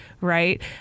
right